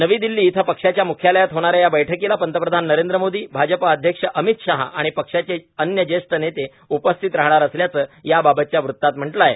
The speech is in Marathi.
नवी दिल्ली इथं पक्षाच्या म्ख्यालयात होणाऱ्या या बैठकीला पंतप्रधान नरेंद्र मोदी भाजप अध्यक्ष अमित शाह आणि पक्षाचे अन्य ज्येष्ठ नेते उपस्थित राहणार असल्याचं याबाबतच्या वृत्तात म्हटलं आहे